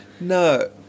No